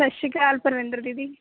ਸਤਿ ਸ਼੍ਰੀ ਅਕਾਲ ਪਰਵਿੰਦਰ ਦੀਦੀ